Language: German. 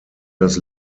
das